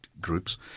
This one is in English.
groups